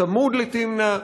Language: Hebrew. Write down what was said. צמוד לתמנע,